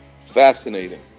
Fascinating